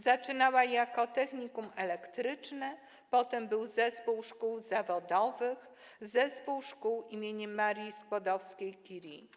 Zaczynała jako technikum elektryczne, potem był zespół szkół zawodowych, Zespół Szkół im. Marii Skłodowskiej-Curie.